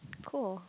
cool